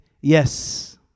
yes